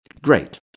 great